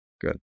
Good